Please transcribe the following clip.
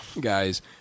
guys